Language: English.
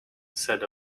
said